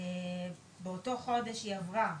באותו חודש היא עברה,